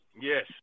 Yes